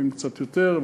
לעתים קצת יותר,